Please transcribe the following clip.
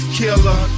killer